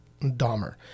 Dahmer